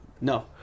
No